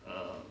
err